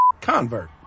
convert